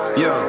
yo